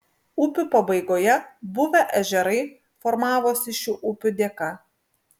upių pabaigoje buvę ežerai formavosi šių upių dėka